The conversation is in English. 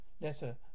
Letter